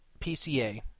PCA